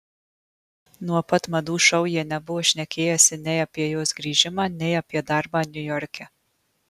nuo pat madų šou jie nebuvo šnekėjęsi nei apie jos grįžimą nei apie darbą niujorke